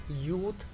Youth